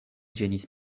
ĝenis